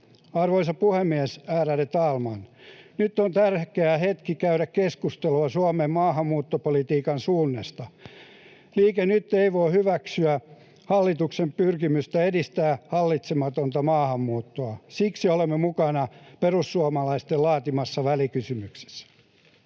Arvoisa puhemies, ärade talman! Nyt on tärkeä hetki käydä keskustelua Suomen maahanmuuttopolitiikan suunnasta. Liike Nyt ei voi hyväksyä hallituksen pyrkimystä edistää hallitsematonta maahanmuuttoa. Siksi olemme mukana perussuomalaisten laatimassa välikysymyksessä.